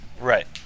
right